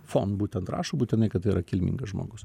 fon būtent rašo būtinai kad tai yra kilmingas žmogus